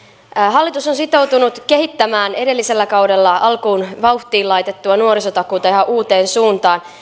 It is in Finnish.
hallitus on sitoutunut kehittämään edellisellä kaudella alkuun vauhtiin laitettua nuorisotakuuta ihan uuteen suuntaan